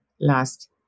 last